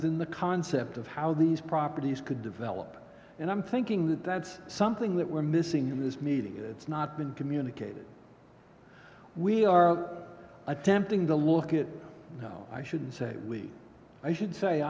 than the concept of how these properties could develop and i'm thinking that that's something that we're missing in this meeting it's not been communicated we are attempting to look it no i shouldn't say we i should say